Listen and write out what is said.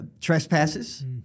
Trespasses